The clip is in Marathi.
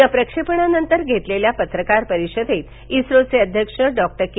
या प्रक्षेपणानंतर घेतलेल्या पत्रकार परिषदेत इस्रोचे अध्यक्ष डॉक्टर के